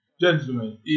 Gentlemen